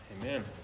Amen